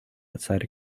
outside